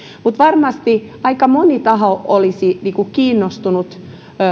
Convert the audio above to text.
mutta varmasti aika moni taho olisi kiinnostunut